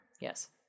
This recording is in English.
Yes